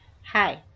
Hi